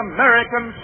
American